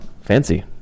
fancy